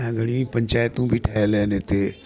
ऐं घणी पंचायतूं बि ठहियलु आहिनि हिते